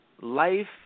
life